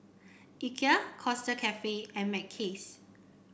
Ikea Costa Coffee and Mackays